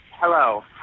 hello